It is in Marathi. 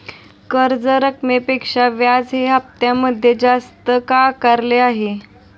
कर्ज रकमेपेक्षा व्याज हे हप्त्यामध्ये जास्त का आकारले आहे?